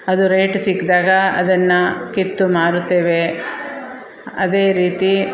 ಅದು ರೇಟ್ ಸಿಕ್ಕಿದಾಗ ಅದನ್ನು ಕಿತ್ತು ಮಾರುತ್ತೇವೆ ಅದೇ ರೀತಿ